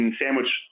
sandwich